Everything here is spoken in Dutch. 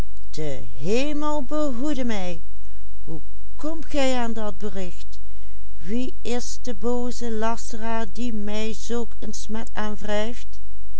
lasteraar die mij zulk een smet aanwrijft